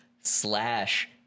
slash